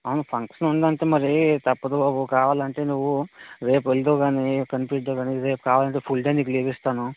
అవును ఫంక్షన్ ఉందంటే మరీ తప్పదు బాబు కావాలంటే నువ్వు రేపు వెల్దువు కాని కనిపిద్దువు కానీ రేపు కావాలంటే ఫుల్ డే నీకు లీవ్ ఇస్తాను